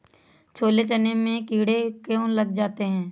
छोले चने में कीड़े क्यो लग जाते हैं?